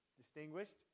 distinguished